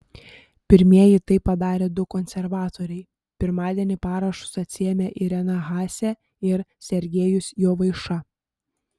pirmieji tai padarė du konservatoriai pirmadienį parašus atsiėmė irena haase ir sergejus jovaiša